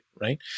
right